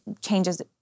changes